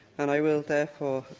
and i will, therefore,